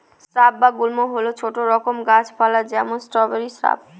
shrub বা গুল্ম হল ছোট রকম গাছ পালা যেমন স্ট্রবেরি শ্রাব